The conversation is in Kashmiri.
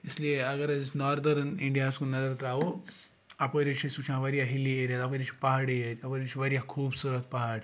اِسلیے اگر أسۍ ناردٲرٕن اِنڈیا ہَس کُن نظر ترٛاوَو اَپٲرۍ حظ چھِ أسۍ وٕچھان واریاہ ہِلی ایریاز اَپٲرۍ حظ چھِ پَہاڑٕے یٲتۍ اَپٲرۍ حظ چھِ واریاہ خوٗبصوٗرت پہاڑ